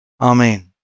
Amen